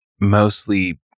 mostly